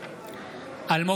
אלמוג